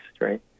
right